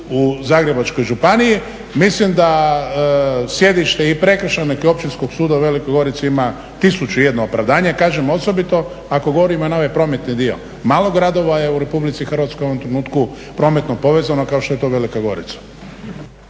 u Zagrebačkoj županiji mislim da sjedište i Prekršajnog i Općinskog suda u Velikoj Gorici ima tisuću i jedno opravdanje. Kažem osobito ako govorimo na ovaj prometni dio. Malo gradova je u Republici Hrvatskoj u ovom trenutku prometno povezano kao što je to Velika Gorica.